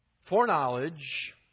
Foreknowledge